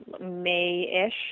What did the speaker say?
May-ish